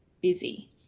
busy